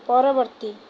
ପରବର୍ତ୍ତୀ